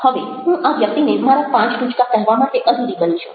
હવે હું આ વ્યક્તિને મારા 5 ટૂચકા કહેવા માટે અધીરી બનું છું